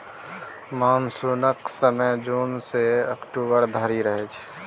मानसुनक समय जुन सँ अक्टूबर धरि रहय छै